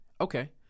Okay